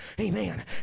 Amen